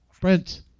Brent